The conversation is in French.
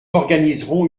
organiserons